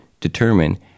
determine